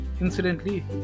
incidentally